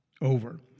over